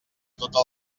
tota